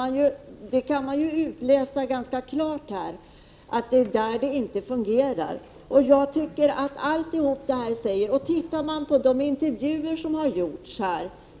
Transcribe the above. Man kan av utredningen ganska klart utläsa att det är där det inte fungerar. Det behövs vidare en översikt över det totala behovet i landet. Tittar man på de intervjuer som har gjorts